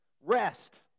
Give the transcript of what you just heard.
Rest